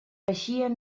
apareixien